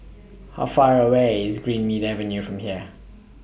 How Far away IS Greenmead Avenue from here